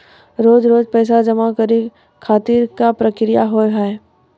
रोज रोज पैसा जमा करे खातिर का प्रक्रिया होव हेय?